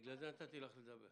בגלל זה נתתי לך לדבר.